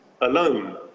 alone